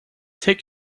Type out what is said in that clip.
take